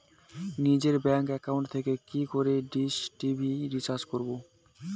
নিজের bank account থেকে কি করে ডিশ টি.ভি রিচার্জ করবো?